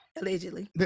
Allegedly